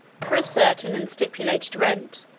for a certain and stipulated rent,